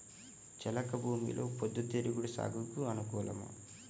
చెలక భూమిలో పొద్దు తిరుగుడు సాగుకు అనుకూలమా?